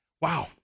Wow